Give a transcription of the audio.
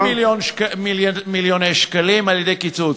התעשייה הישראלית תתרום 80 מיליוני שקלים על-ידי קיצוץ.